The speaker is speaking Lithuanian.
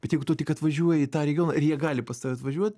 bet jeigu tu tik atvažiuoji į tą regioną ir jie gali pas tave atvažiuot